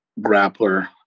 grappler